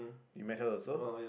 we met her also